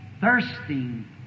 thirsting